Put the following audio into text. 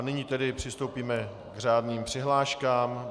Nyní tedy přistoupíme k řádným přihláškám.